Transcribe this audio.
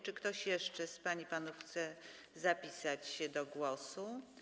Czy ktoś jeszcze z pań i panów chce zapisać się do głosu?